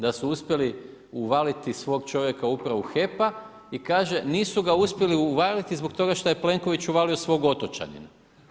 Da su uspjeli uvaliti svog čovjeka u upravu HEP-a i kaže, nisu ga uspjeli uvaliti zbog toga što je Plenković uvalio svog otočanina.